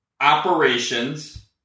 operations